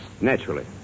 Naturally